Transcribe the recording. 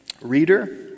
Reader